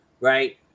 Right